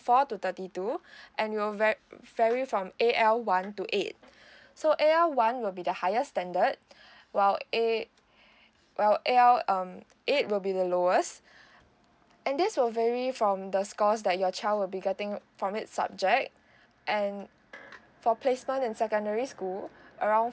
four to thirty two and you'll var~ vary from A_L one to eight so A_L one will be the highest standard while A while A_L um eight will be the lowest and this will vary from the scores that your child will be getting from it subject and for placement in secondary school around